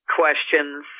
questions